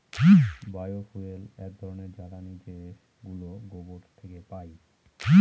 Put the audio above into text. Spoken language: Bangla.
বায় ফুয়েল এক ধরনের জ্বালানী যেগুলো গোবর থেকে পাই